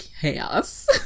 chaos